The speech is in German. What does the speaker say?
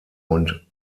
und